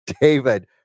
David